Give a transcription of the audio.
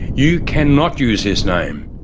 you cannot use his name.